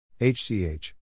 HCH